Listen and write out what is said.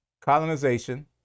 Colonization